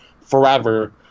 forever